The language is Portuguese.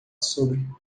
sobre